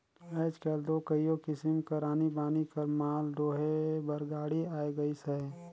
आएज काएल दो कइयो किसिम कर आनी बानी कर माल डोहे बर गाड़ी आए गइस अहे